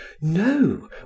No